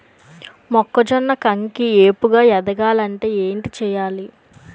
మొక్కజొన్న కంకి ఏపుగ ఎదగాలి అంటే ఏంటి చేయాలి?